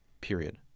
period